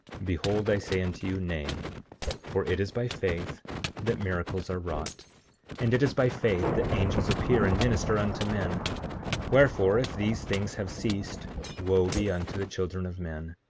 behold i say unto you, nay for it is by faith that miracles are wrought and it is by faith that angels appear and minister unto men wherefore, if these things have ceased wo be unto the children of men,